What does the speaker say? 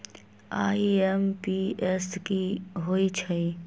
IMPS की होईछइ?